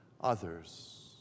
others